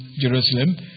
Jerusalem